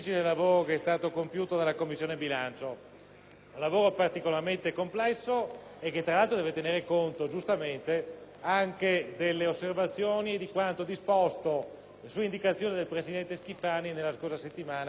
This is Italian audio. un lavoro particolarmente complesso che, tra l'altro, deve tenere conto giustamente anche di quanto disposto, su indicazione del presidente Schifani, nella scorsa settimana relativamente agli emendamenti cosiddetti ultronei.